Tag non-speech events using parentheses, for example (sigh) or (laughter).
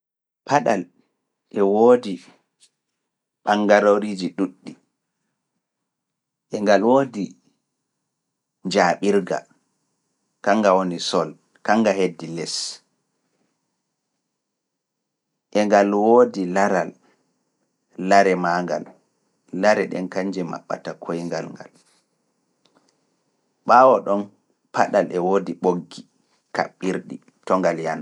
Paɗal e woodi ɓangaloriiji ɗuuɗɗi, e ngal woodi njaaɓirga, kannga woni sol, (noise) kannga heddi les, e ngal woodi laral, lare maa ngal, lare ɗen kanje maɓɓata koyngal ngal. Baawo ɗon, paɗal e woodi ɓoggi kaɓirɗi to ngal yana.